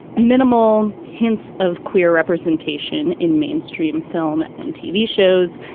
minimal hints of queer representation in mainstream film and tv shows.